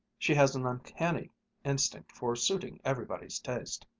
she has an uncanny instinct for suiting everybody's taste.